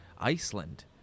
iceland